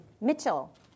Mitchell